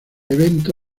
evento